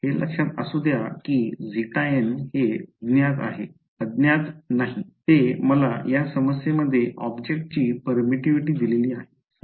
हे लक्षात असू द्या कि χn हे ज्ञात आहे अज्ञात नाही ते मला या समस्या मध्ये ऑब्जेक्टची परमिटिव्हिटी दिलेली आहे